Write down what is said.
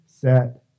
set